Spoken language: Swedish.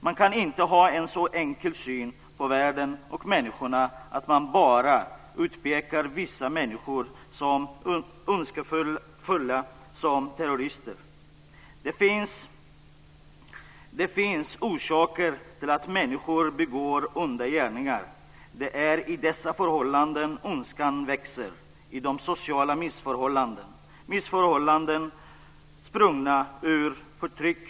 Man kan inte ha en så enkel syn på världen och människorna att man bara utpekar vissa människor som ondskefulla och som terrorister. Det finns orsaker till att människor begår onda gärningar. Det är under dessa förhållanden ondskan växer. Det är sociala missförhållanden och missförhållanden sprungna ur förtryck.